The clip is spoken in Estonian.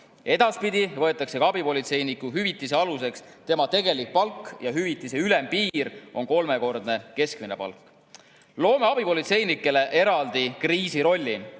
Edaspidi võetakse ka abipolitseiniku hüvitise aluseks tema tegelik palk ja hüvitise ülempiir on kolmekordne keskmine palk. Loome abipolitseinikele eraldi kriisirolli.